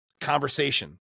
conversation